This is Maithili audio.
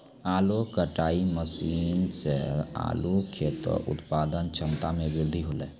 आलू कटाई मसीन सें आलू केरो उत्पादन क्षमता में बृद्धि हौलै